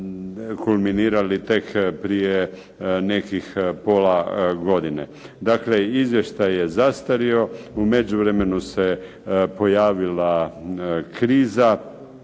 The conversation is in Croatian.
kulminirali tek prije nekih pola godine. Dakle, izvještaj je zastario. U međuvremenu se pojavila kriza.